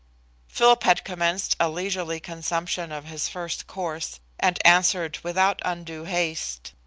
philip had commenced a leisurely consumption of his first course, and answered without undue haste.